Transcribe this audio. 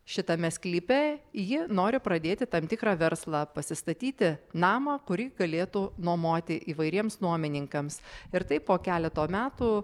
šitame sklype ji nori pradėti tam tikrą verslą pasistatyti namą kurį galėtų nuomoti įvairiems nuomininkams ir taip po keleto metų